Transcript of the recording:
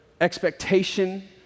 expectation